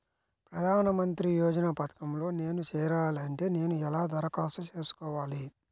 ప్రధాన మంత్రి యోజన పథకంలో నేను చేరాలి అంటే నేను ఎలా దరఖాస్తు చేసుకోవాలి?